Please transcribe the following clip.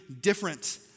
different